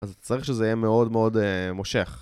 אז צריך שזה יהיה מאוד מאוד מושך